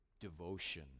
devotion